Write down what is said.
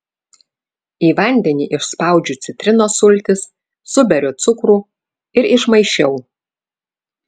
į vandenį išspaudžiu citrinos sultis suberiu cukrų ir išmaišiau